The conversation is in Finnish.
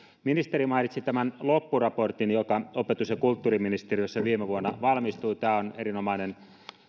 ministeri mainitsi tämän loppuraportin joka opetus ja kulttuuriministeriössä viime vuonna valmistui tämä on erinomainen